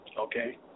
Okay